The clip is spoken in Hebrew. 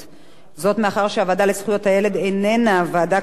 זאת מאחר שהוועדה לזכויות הילד איננה ועדה קבועה בינתיים,